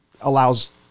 allows